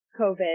COVID